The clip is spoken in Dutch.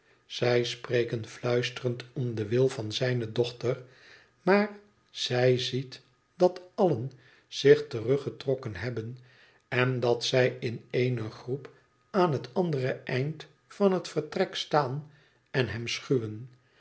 zij spreken fluisterend om den wil van zijne dochter maar zij ziet dat allen zich teruggetrokken hebben en dat zij in eene groep aan het andere eind van het vertrek staan en hem schuwen